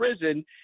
prison